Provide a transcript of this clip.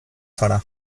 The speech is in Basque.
zara